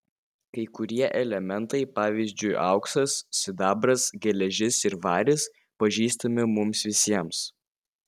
kai kurie elementai pavyzdžiui auksas sidabras geležis ir varis pažįstami mums visiems